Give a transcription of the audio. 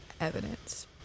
evidence